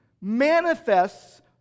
manifests